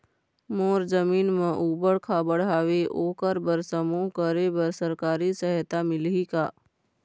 मोर जमीन म ऊबड़ खाबड़ हावे ओकर बर समूह करे बर सरकारी सहायता मिलही का?